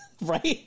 right